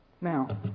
Now